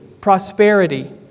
prosperity